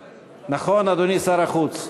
נכון, אדוני שר החוץ?